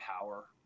power